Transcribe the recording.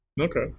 Okay